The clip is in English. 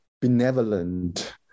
benevolent